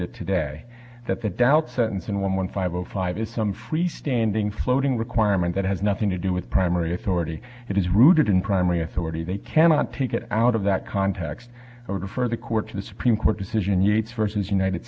that today that the doubt sentence in one one five zero five is some free standing floating requirement that has nothing to do with primary authority it is rooted in primary authority they cannot take it out of that context refer the court to the supreme court decision each versus united